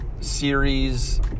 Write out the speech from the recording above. series